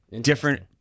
Different